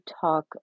talk